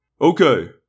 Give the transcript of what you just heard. Okay